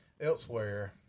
elsewhere